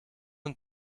und